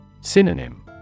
Synonym